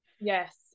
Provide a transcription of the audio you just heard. Yes